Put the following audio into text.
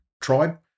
tribe